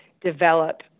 develop